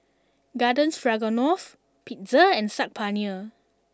Garden Stroganoff Pizza and Saag Paneer